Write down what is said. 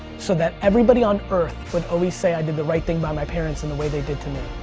so that everybody on earth would always say i did the right thing by my parents and the way they did to me.